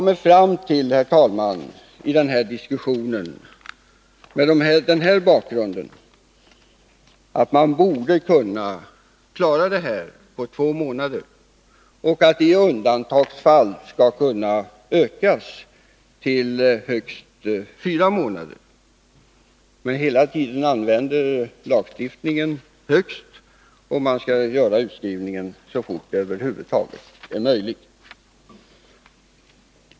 Mot denna bakgrund har vi i diskussionen kommit fram till att man borde kunna klara detta på två månader, och att tiden i undantagsfall skall kunna ökas till högst fyra månader. Lagstiftningen använder hela tiden ordet högst — man skall göra utskrivningen så fort det över huvud taget är möjligt.